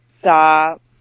Stop